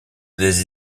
des